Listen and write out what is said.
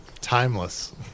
Timeless